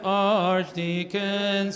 archdeacon